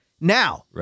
Now